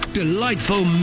delightful